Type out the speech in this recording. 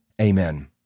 Amen